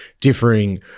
differing